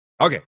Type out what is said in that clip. Okay